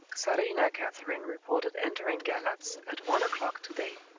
czarina catherine reported entering galatz at one o'clock to-day.